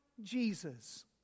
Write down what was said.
Jesus